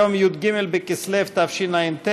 היום י"ג בכסלו תשע"ט,